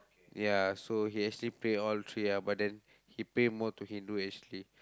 ya so he actually pray all three ah but then he pray more to Hindu actually